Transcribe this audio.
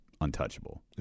untouchable